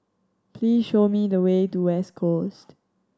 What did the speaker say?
please show me the way to West Coast